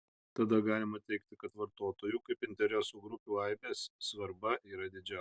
tada galima teigti kad vartotojų kaip interesų grupių aibės svarba yra didžiausia